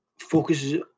focuses